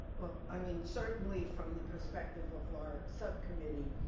well, i mean certainly from the perspective of our subcommittee,